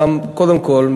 קודם כול,